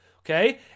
Okay